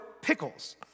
pickles